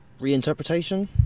reinterpretation